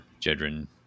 Jedrin